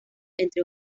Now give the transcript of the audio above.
entre